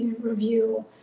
review